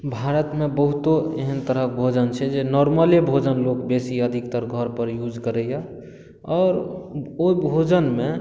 भारत मे बहुतो एहन तरह के भोजन छै जे नॉर्मले भोजन लोक बेसी अधिकतर घर पर यूज करैया आओर ओहि भोजनमे